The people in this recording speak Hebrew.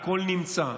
הכול נמצא.